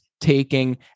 taking